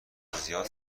زیاد